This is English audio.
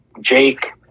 Jake